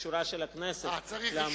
אבקש את אישורה של הכנסת להמלצה.